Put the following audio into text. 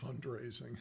fundraising